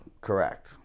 Correct